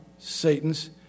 Satan's